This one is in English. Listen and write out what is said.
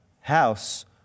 house